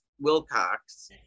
Wilcox